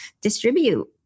distribute